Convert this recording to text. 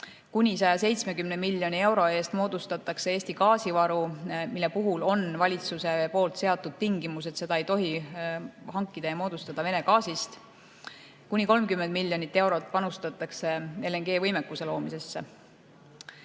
Kuni 170 miljoni euro eest moodustatakse Eesti gaasivaru, mille puhul on valitsus seadnud tingimuse, et seda ei tohi moodustada Venemaa gaasist. Kuni 30 miljonit eurot panustatakse LNG-võimekuse loomisesse.